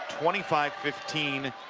twenty five fifteen,